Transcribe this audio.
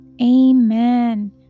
Amen